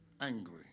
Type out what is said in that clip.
angry